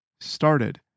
started